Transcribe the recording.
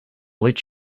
let